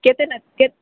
କେତେ ନା କେତେ